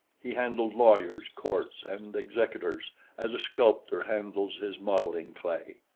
he handled lawyers, courts and executors as a sculptor handles his modeling clay.